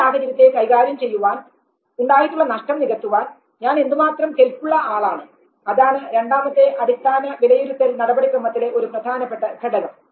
ഈ സാഹചര്യത്തെ കൈകാര്യം ചെയ്യുവാൻ ഉണ്ടായിട്ടുള്ള നഷ്ടം നികത്തുവാൻ ഞാൻ എന്തുമാത്രം കെൽപ്പുള്ള ആളാണ് അതാണ് രണ്ടാമത്തെ അടിസ്ഥാന വിലയിരുത്തൽ നടപടിക്രമത്തിലെ ഒരു പ്രധാനപ്പെട്ട ഘടകം